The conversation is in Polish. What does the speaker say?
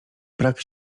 brak